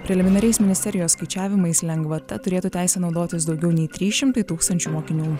preliminariais ministerijos skaičiavimais lengvata turėtų teisę naudotis daugiau nei trys šimtai tūkstančių mokinių